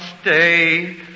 stay